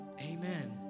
Amen